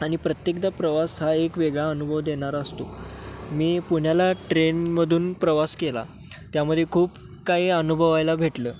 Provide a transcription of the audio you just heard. आणि प्रत्येकदा प्रवास हा एक वेगळा अनुभव देणारा असतो मी पुण्याला ट्रेनमधून प्रवास केला त्यामध्ये खूप काही अनुभवायला भेटलं